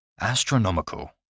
Astronomical